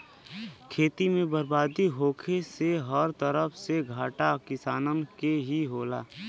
खेती में बरबादी होखे से हर तरफ से घाटा किसानन के ही होला